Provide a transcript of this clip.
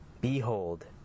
Behold